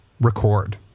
record